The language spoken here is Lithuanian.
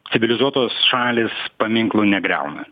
civilizuotos šalys paminklų negriauna